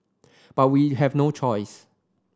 but we have no choice